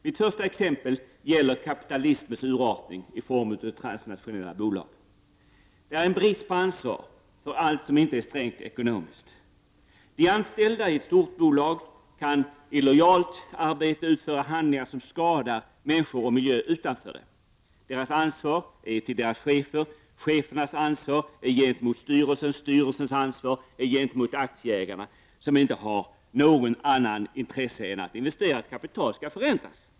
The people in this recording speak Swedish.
Mitt första exempel gäller kapitalismens urartning i form av transnationella bolag: Det är en brist på ansvar för allt som inte är strängt ekonomiskt. De anställda i ett stort bolag kan i lojalt arbete uföra handlingar som skadar människor och miljö utanför bolaget. Deras ansvar är inför deras chefer. Chefernas ansvar är gentemot styrelsen. Styrelsens ansvar är gentemot aktieägarna, som inte har något annat intresse än att investerat kapital skall förräntas.